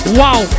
wow